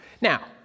Now